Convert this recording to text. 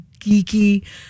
geeky